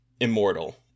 Immortal